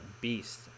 beast